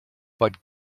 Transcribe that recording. but